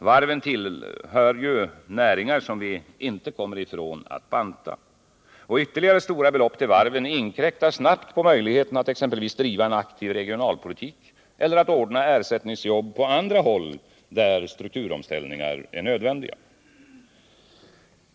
Varven hör ju till näringar som vi inte kommer ifrån att banta. Ytterligare stora belopp till varven inkräktar snabbt på möjligheterna att exempelvis driva en aktiv regionalpolitik eller att ordna ersättningsjobb på andra håll där strukturomställningar är nödvändiga.